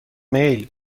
میل